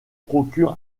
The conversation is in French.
procure